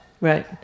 Right